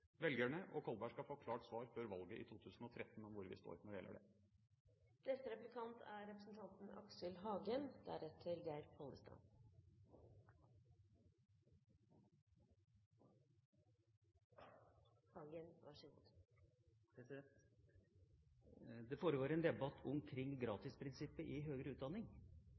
Velgerne og Kolberg skal før valget i 2013 få et klart svar på hvor vi står når det gjelder dette. Det foregår en debatt om gratisprinsippet i høyere utdanning.